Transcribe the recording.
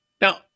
Now